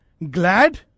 Glad